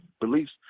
beliefs